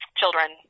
children